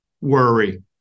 worry